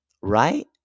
right